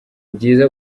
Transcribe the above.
byiza